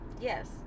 Yes